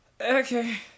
Okay